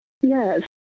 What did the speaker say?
Yes